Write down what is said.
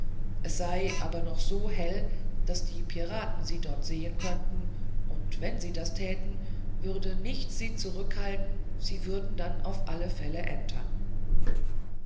es sei aber noch so hell daß die piraten sie dort sehen könnten und wenn sie das täten würde nichts sie zurückhalten sie würden dann auf alle fälle entern